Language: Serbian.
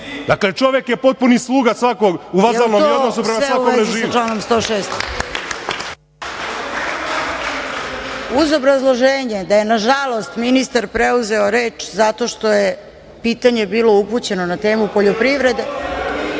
Dakle, čovek je potpuni sluga… u vazalnom je odnosu prema svakom režimu.